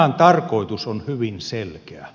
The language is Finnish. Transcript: tämän tarkoitus on hyvin selkeä